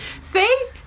See